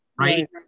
Right